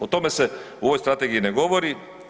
O tome se u ovoj strategiji ne govori.